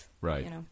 Right